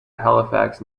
halifax